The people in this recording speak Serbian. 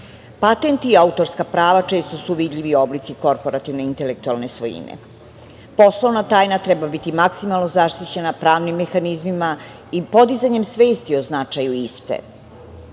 i autorska prava često su vidljivi oblici korporativne intelektualne svojine. Poslovna tajna treba biti maksimalno zaštićena pravnim mehanizmima i podizanjem svesti o značaju iste. Da